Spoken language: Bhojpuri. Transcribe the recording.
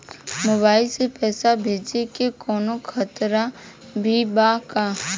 मोबाइल से पैसा भेजे मे कौनों खतरा भी बा का?